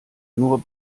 nur